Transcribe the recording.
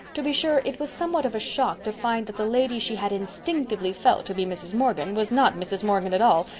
to be sure, it was somewhat of a shock to find that the lady she had instinctively felt to be mrs. morgan was not mrs. morgan at all,